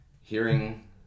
hearing